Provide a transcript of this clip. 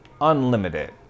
unlimited